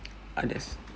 others